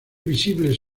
visibles